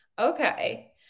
okay